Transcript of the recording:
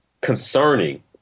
concerning